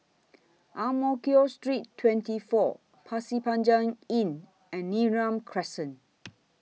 Ang Mo Kio Street twenty four Pasir Panjang Inn and Neram Crescent